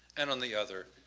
and on the other,